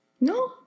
No